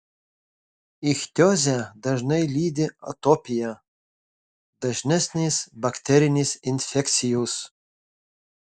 ichtiozę dažnai lydi atopija dažnesnės bakterinės infekcijos